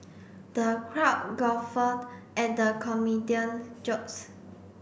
the crowd guffawed at the comedian jokes